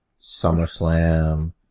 SummerSlam